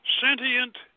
sentient